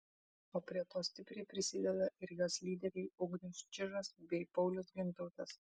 o prie to stipriai prisideda ir jos lyderiai ugnius čižas bei paulius gintautas